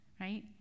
right